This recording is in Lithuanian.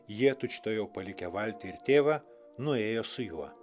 jie tučtuojau palikę valtį ir tėvą nuėjo su juo